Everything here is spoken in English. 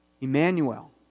Emmanuel